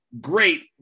great